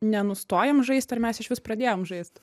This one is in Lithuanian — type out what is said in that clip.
nenustojam žaist ar mes išvis pradėjom žaist